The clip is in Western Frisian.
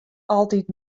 altyd